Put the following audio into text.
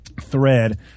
thread